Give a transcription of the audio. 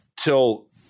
till